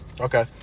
Okay